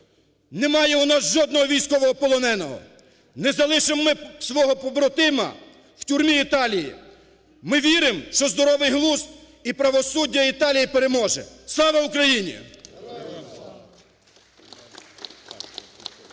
немає у нас жодного військовополоненого, не залишимо ми свого побратима в тюрмі Італії. Ми віримо, що здоровий глузд і правосуддя Італії переможе. Слава Україні!